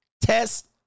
test